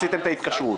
עשיתם את ההתקשרות,